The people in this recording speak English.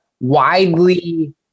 widely